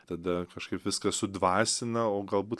tada kažkaip viską sudvasina o galbūt